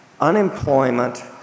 unemployment